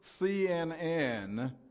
CNN